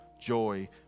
joy